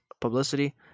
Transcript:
publicity